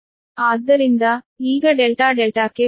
ಆದ್ದರಿಂದ ಈಗ ಡೆಲ್ಟಾ ಡೆಲ್ಟಾಕ್ಕೆ ಬನ್ನಿ